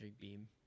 beam